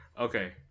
Okay